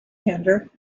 hander